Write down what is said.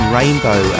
Rainbow